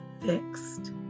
fixed